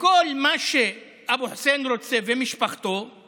וכל מה שאבו חוסיין ומשפחתו רוצים